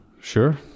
sure